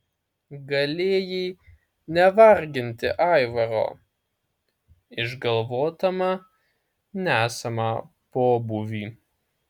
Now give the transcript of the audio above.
galėjai nevarginti aivaro išgalvodama nesamą pobūvį